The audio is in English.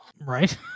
right